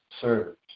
served